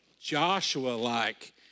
Joshua-like